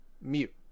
mute